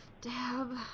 Dab